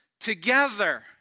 together